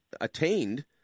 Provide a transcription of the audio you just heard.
attained